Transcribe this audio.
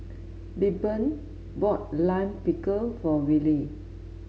Lilburn bought Lime Pickle for Willy